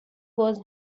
was